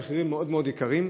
המחירים מאוד מאוד יקרים,